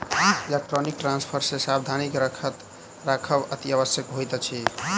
electronic transfer मे सावधानी राखब अतिआवश्यक होइत अछि